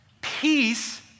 Peace